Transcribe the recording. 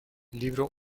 libro